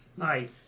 Hi